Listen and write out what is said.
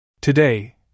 Today